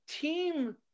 team